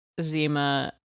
Zima